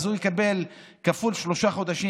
אז הוא יקבל את התוספת הזאת כפול שלושה חודשים,